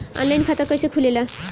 Online खाता कइसे खुलेला?